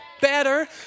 better